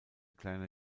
kleiner